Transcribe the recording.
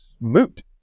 moot